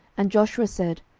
and joshua said,